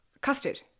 custard